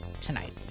tonight